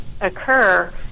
occur